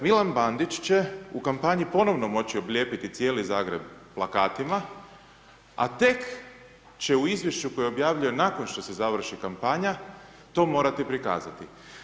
Milan Bandić, će u kampanji ponovno moći oblijetati cijeli Zagreb plakatima, a tek će u izvješću koje je objavio nakon što se završi kampanja, to morati prikazati.